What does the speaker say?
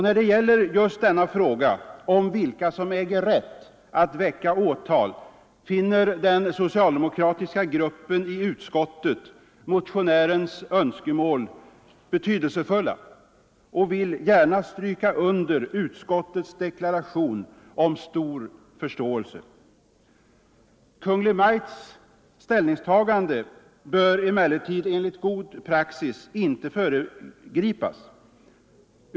När det gäller frågan, vilka som äger rätt att väcka åtal, finner den socialdemokratiska gruppen i utskottet motionärens önskemål betydelsefulla och vill gärna stryka under utskottets deklaration om stor förståelse. Kungl. Maj:ts ställningstagande bör emellertid enligt god praxis inte föregripas.